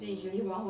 mm